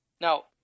Now